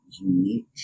unique